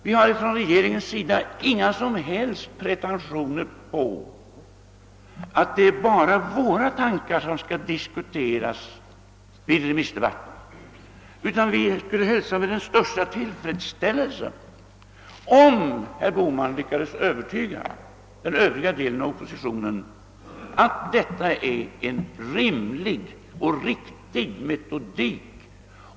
Vi inom regeringen har inga som helst pretentioner på att det bara är våra tankar som skall diskuteras i remissdebatten utan vi skulle hälsa med den största tillfredsställelse, om herr Bohman lyckades övertyga den övriga delen av oppositionen om att detta är en rimlig och riktig metodik.